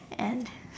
and